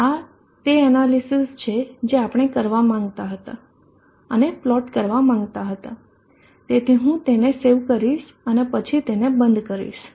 તો આ તે એનાલિસિસ છે જે આપણે કરવા માગતા હતા અને પ્લોટ કરવા માગતા હતા તેથી આ હું તેને સેવ કરીશ અને પછી તેને બંધ કરીશ